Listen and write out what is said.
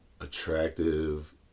attractive